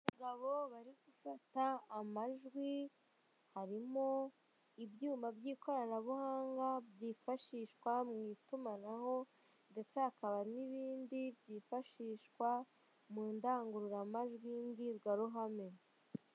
Abagabo bari gufata amajwi harimo ibyuma by'ikoranabuhanga byifashishwa mu itumanaho ndetse hakaba n'ibindi byifashishwa mu ndangururamajwi mbwirwaruhame.